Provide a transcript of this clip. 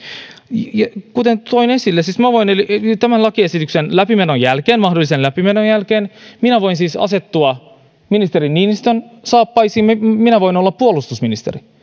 kuten toin esille minä voin tämän lakiesityksen läpimenon jälkeen mahdollisen läpimenon jälkeen asettua ministeri niinistön saappaisiin minä minä voin olla puolustusministeri